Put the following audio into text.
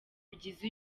bigize